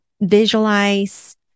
visualize